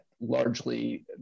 largely